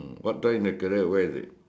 water in the carrier where is